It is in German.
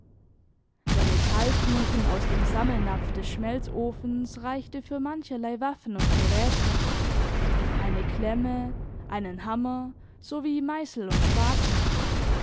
der metallkuchen aus dem sammelnapf des schmelzofens reichte für mancherlei waffen und geräte eine klemme einen hammer sowie meißel und spaten